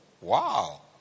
Wow